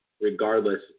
regardless